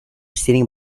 sitting